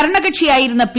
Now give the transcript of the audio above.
ഭരണകക്ഷിയായിരുന്ന P